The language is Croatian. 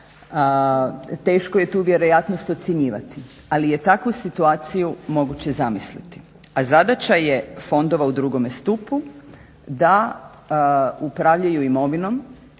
teško je tu vjerojatnost ocjenjivati, ali je takvu situaciju moguće zamisliti, a zadaća je fondova u drugome stupu da upravljaju imovinom